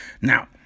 Now